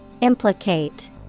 Implicate